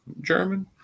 German